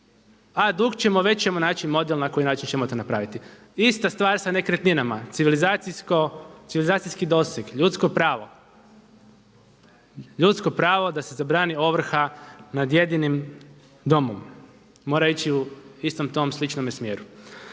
a dug ćemo, već ćemo naći model na koji način ćemo to napraviti. Ista stvar sa nekretninama, civilizacijski doseg, ljudsko pravo, ljudsko pravo da se zabrani ovrha nad jedinim domom, mora ići u istom tom sličnome smjeru.